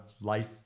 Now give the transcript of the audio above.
life